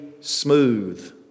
smooth